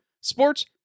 Sports